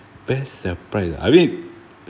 best surprise ah I mean